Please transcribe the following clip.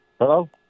Hello